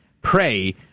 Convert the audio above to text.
pray